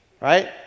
right